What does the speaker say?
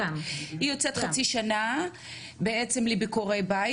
היא יוצאת פעם חצי שנה בעצם לביקורי בית